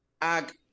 Ag